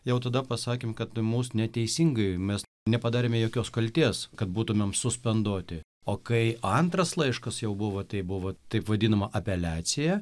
jau tada pasakėm kad mus neteisingai mes nepadarėme jokios kaltės kad būtumėm suspenduoti o kai antras laiškas jau buvo tai buvo taip vadinama apeliacija